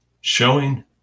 showing